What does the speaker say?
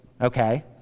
okay